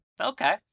Okay